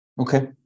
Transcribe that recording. Okay